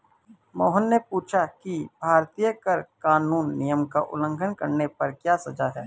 मोहन ने पूछा कि भारतीय कर कानून नियम का उल्लंघन करने पर क्या सजा है?